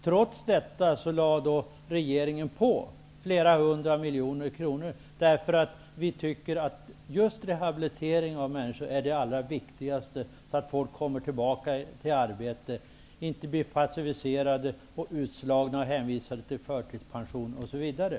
Trots detta lade regeringen på flera hundra miljoner kronor, eftersom vi tycker att rehabilitering av människor är det allra viktigaste för att få dem att komma tillbaka till arbetet, att inte bli passiviserade, utslagna och hänvisade till förtidspension osv.